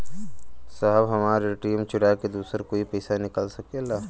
साहब हमार ए.टी.एम चूरा के दूसर कोई पैसा निकाल सकेला?